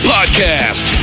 Podcast